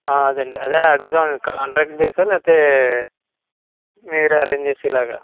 అదే అండి అదే అడుగుదామని కాంట్రాక్ట్ బేస్ ఆ లేకపోతే మీరే అరేంజ్ చేసేలాగా